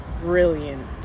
brilliant